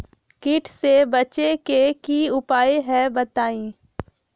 कीट से बचे के की उपाय हैं बताई?